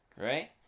right